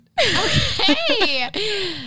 Okay